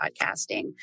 podcasting